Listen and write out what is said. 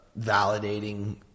validating